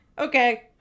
okay